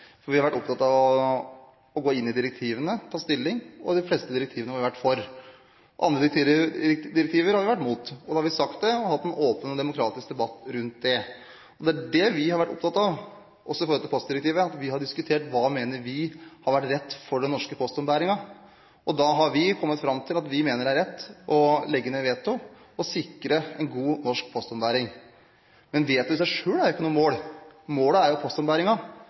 for vi har vært opptatt av å gå inn i direktivene, ta stilling, og de fleste direktivene har vi vært for. Andre direktiver har vi vært imot, og da har vi sagt det og hatt en åpen og demokratisk debatt rundt det. Det er det vi har vært opptatt av, også i forhold til postdirektivet. Vi har diskutert hva vi mener har vært rett for den norske postombæringen. Da har vi kommet fram til at vi mener det er rett å legge ned veto og sikre en god norsk postombæring. Men veto i seg selv er jo ikke noe mål. Målet er jo